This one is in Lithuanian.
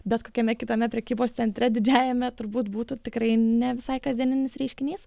bet kokiame kitame prekybos centre didžiajame turbūt būtų tikrai ne visai kasdieninis reiškinys